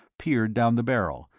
peered down the barrel,